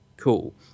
cool